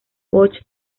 bosch